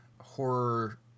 horror